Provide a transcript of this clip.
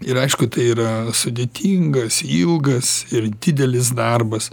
ir aišku tai yra sudėtingas ilgas ir didelis darbas